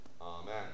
Amen